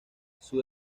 sus